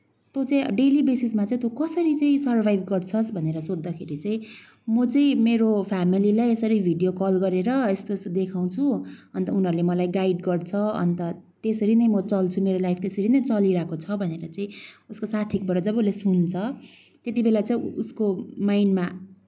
तँ चाहिँ डेली बेसिसमा चाहिँ तँ कसरी चाहिँ सर्भाइभ गर्छस् भनेर सोध्दाखेरि चाहिँ म चाहिँ मेरो फेमिलीलाई भिडियो कल गरेर यस्तो यस्तो देखाउँछु अन्त उनीहरूले मलाई गाइड गर्छ अन्त त्यसरी नै म चल्छु मेरो लाइफ त्यसरी नै चलिरहेको छ भनेर चाहिँ उसको साथीहरूबाट जब उसले सुन्छ त्यतिबेला चाहिँ उसको माइन्डमा